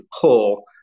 pull